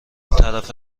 طرف